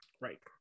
Right